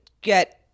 get